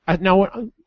Now